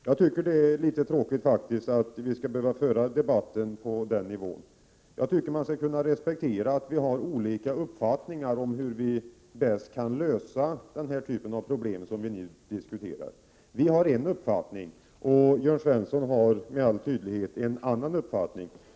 Jag tycker det är litet tråkigt att vi skall behöva föra debatten på den nivån. Jag tycker man skall respektera att vi har olika uppfattningar om hur den typ av problem som vi nu diskuterar bäst kan lösas. Vi har en uppfattning och Jörn Svensson har med all tydlighet en annan.